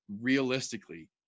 realistically